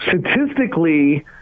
Statistically